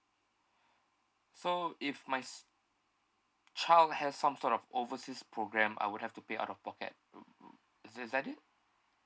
so if my s~ child has some sort of overseas program I would have to pay out of pocket is is that it